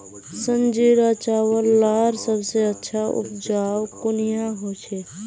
संजीरा चावल लार सबसे अच्छा उपजाऊ कुनियाँ होचए?